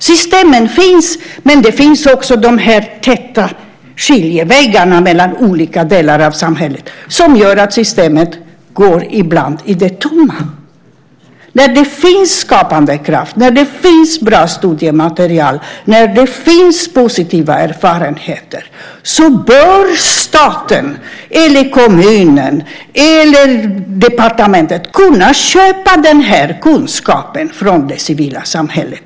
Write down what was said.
Systemen finns men också de täta skiljeväggarna mellan olika delar av samhället som gör att systemen ibland går i tomme. När det finns skapande kraft, bra studiematerial och positiva erfarenheter bör staten, kommunen eller departementet kunna köpa den kunskapen från det civila samhället.